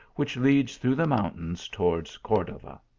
which leads through the mountains towards cordova.